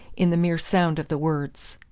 in the mere sound of the words.